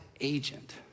agent